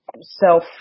self